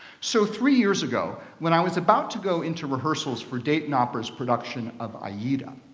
so three years ago, when i was about to go into rehearsals for dayton opera's production of aida,